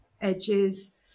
edges